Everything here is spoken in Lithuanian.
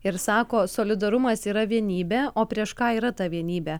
ir sako solidarumas yra vienybė o prieš ką yra ta vienybė